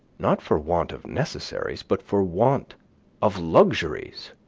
not for want of necessaries, but for want of luxuries